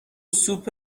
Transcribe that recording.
سوپ